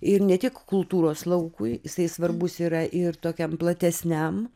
ir ne tik kultūros laukui jisai svarbus yra ir tokiam platesniam